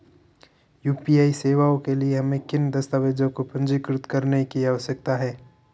UPI सेवाओं के लिए हमें किन दस्तावेज़ों को पंजीकृत करने की आवश्यकता है?